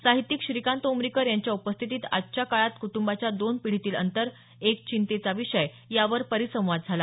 साहित्यिक श्रीकांत उमरीकर यांच्या उपस्थितीत आजच्या काळात कुटुंबाच्या दोन पिढीतील अंतर एक चिंतेचा विषय यावर परिसंवाद झाला